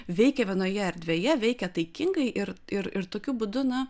veikia vienoje erdvėje veikia taikingai ir ir ir tokiu būdu na